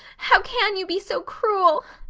how can you be so cruel?